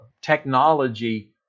technology